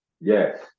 Yes